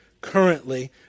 currently